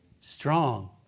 Strong